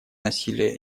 насилие